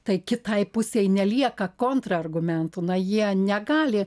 tai kitai pusei nelieka kontrargumentų na jie negali